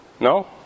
No